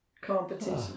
competition